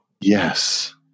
Yes